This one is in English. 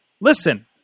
listen